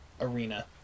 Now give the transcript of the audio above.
arena